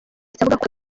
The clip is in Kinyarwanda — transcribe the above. ahagaritse